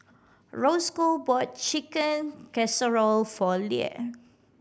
Rosco bought Chicken Casserole for Leah